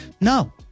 No